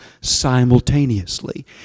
simultaneously